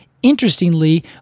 interestingly